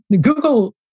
Google